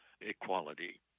equality